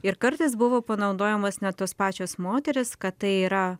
ir kartais buvo panaudojamos net tos pačios moterys kad tai yra